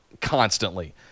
constantly